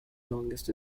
longest